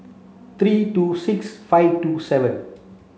three two six five two seven